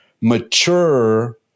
mature